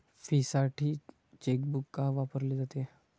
फीसाठी चेकबुक का वापरले जाते?